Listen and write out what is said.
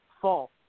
false